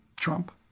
Trump